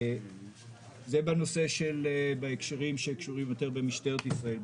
זה בהקשרים שקשורים יותר במשטרת ישראל.